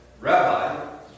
Rabbi